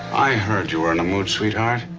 i heard you were in a mood, sweetheart.